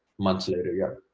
months later yeah.